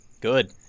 Good